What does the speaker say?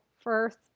first